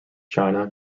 china